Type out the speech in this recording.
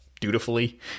dutifully